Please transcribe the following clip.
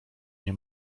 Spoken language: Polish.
nie